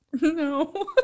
No